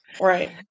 Right